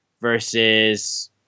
versus